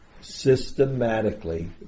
systematically